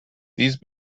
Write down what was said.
these